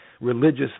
religious